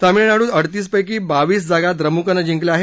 तामिळनाडूत अडतीसपैकी बावीस जागा द्रमुकने जिंकल्या आहेत